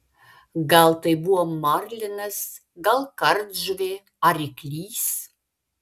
gal tai buvo marlinas gal kardžuvė ar ryklys